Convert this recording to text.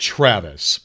Travis